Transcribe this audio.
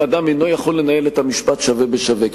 אדם אינו יכול לנהל את המשפט שווה בשווה,